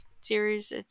series